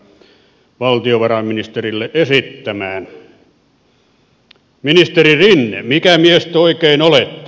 ministeri rinne mikä mies te oikein olette